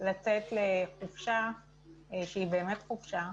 ההגדרה השנייה שכוללת בתוכה את הבלתי מועסקים